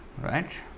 right